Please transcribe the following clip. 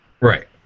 Right